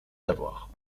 d’avoir